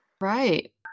Right